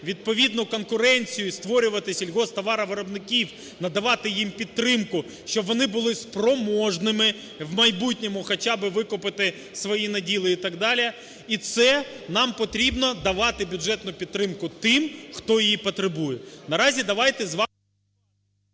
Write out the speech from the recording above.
відповідну конкуренцію і створювати сільгосптоваровиробників, надавати їм підтримку, щоб вони були спроможними в майбутньому хоча б викупити свої наділи і так далі. І це нам потрібно давати бюджетну підтримку тим, хто її потребує.